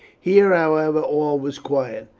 here, however, all was quiet.